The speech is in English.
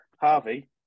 Harvey